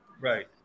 Right